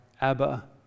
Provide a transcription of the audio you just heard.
Abba